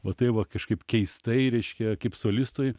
o tai va kažkaip keistai reiškia kaip solistui